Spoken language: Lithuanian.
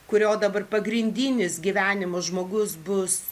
kurio dabar pagrindinis gyvenimo žmogus bus